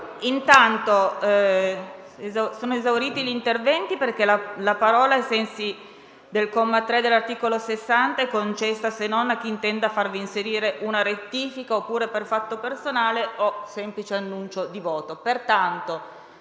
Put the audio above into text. Intanto sono esauriti gli interventi, perché la parola, ai sensi del comma 3 dell'articolo 60, è concessa solo a chi intenda farvi inserire una rettifica, per fatto personale o per semplice annuncio di voto.